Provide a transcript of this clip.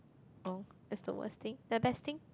oh that's the worst thing the best thing